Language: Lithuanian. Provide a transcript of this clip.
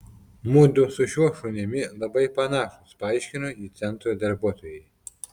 mudu su šiuo šunimi labai panašūs paaiškino ji centro darbuotojai